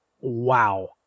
Wow